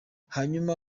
hanyuma